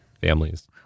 families